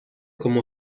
como